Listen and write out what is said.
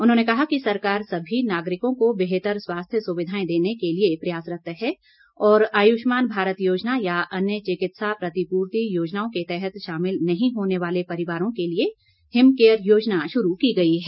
उन्होंने कहा कि सभी नागरिकों को बेहतर स्वास्थ्य सुविधाएं देने के लिए प्रयासरत्त है और आयुष्मान भारत योजना या अन्य चिकित्सा प्रतिपूर्ति योजनाओं के तहत शामिल नहीं होने वाले परिवारों के लिए हिमकेयर योजना शुरू की गई है